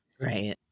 Right